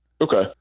Okay